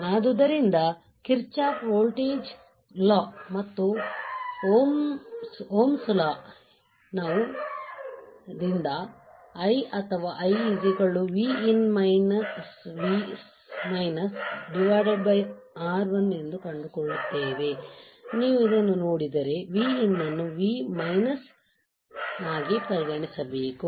ಆದ್ದರಿಂದ Kirchhoff voltage ಕಾನೂನು ಮತ್ತು ಓಮ್ ನ ಕಾನೂನಿನಿಂದ Ohm's law ನಾವು Ii ಅಥವಾ I1R1 ಎಂದು ಕಂಡುಕೊಳ್ಳುತ್ತೇವೆ ನೀವು ಇದನ್ನು ನೋಡಿದರೆ Vin ನ್ನು V ಆಗಿ ಪರಿಗಣಿಸಬೇಕು